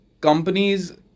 companies